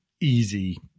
easy